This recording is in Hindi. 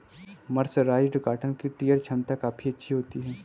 मर्सराइज्ड कॉटन की टियर छमता काफी अच्छी होती है